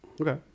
Okay